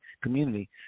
community